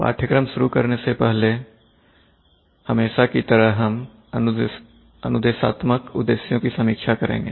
पाठ्यक्रम शुरू करने से पहले हमेशा की तरह हम अनुदेशात्मक उद्देश्यों की समीक्षा करेंगे